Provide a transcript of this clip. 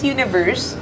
Universe